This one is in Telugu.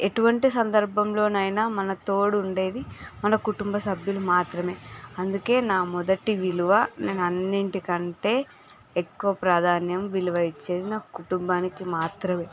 ఎటువంటి సందర్బంలోనైనా మన తోడు ఉండేది మన కుటుంబ సభ్యులు మాత్రమే అందుకే నా మొదటి విలువ నేను అన్నిటికంటే ఎక్కువ ప్రాధాన్యం విలువ ఇచ్చేది నా కుటుంబానికి మాత్రమే